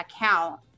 account